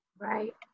Right